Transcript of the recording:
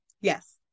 Yes